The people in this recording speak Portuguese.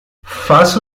faça